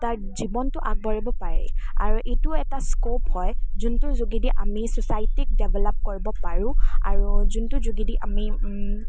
তাত জীৱনটো আগবঢ়াব পাৰে আৰু এইটো এটা স্কোপ হয় যোনটোৰ যোগেদি আমি ছ'চাইটিক ডেভেলপ কৰিব পাৰোঁ আৰু যোনটোৰ যোগেদি আমি